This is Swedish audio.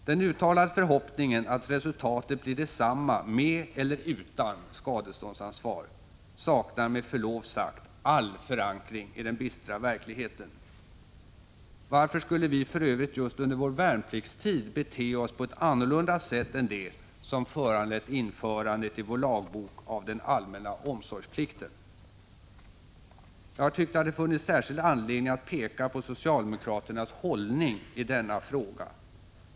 Den uttalade förhoppningen, att resultatet blir detsamma med eller utan skadeståndsansvar, saknar med förlov sagt all förankring i den bistra verkligheten. Varför skulle vi för övrigt just under vår värnpliktstid bete oss på ett annorlunda sätt än det som föranlett införandet i vår lagbok av den allmänna omsorgsplikten? Jag har tyckt att det funnits särskild anledning att peka på socialdemokraternas hållning i denna fråga.